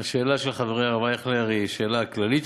השאלה של חברי הרב אייכלר היא שאלה כללית